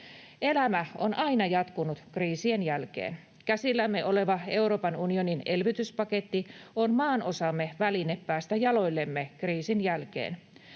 Elämä on aina jatkunut kriisien jälkeen. Käsillämme oleva Euroopan unionin elpymispaketti on maanosamme väline päästä jaloillemme kriisin jälkeen.